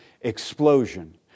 explosion